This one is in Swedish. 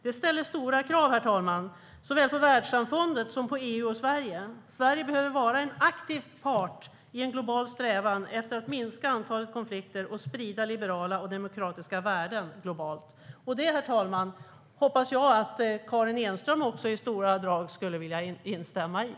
Det ställer stora krav, såväl på världssamfundet som på EU och Sverige. Sverige behöver vara en aktiv part i en global strävan efter att minska antalet konflikter och sprida liberala och demokratiska världen globalt. Det hoppas jag att Karin Enström skulle vilja instämma i.